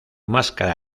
máscara